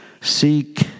Seek